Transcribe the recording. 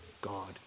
God